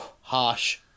Harsh